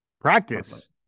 Practice